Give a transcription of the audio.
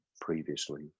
previously